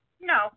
No